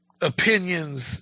opinions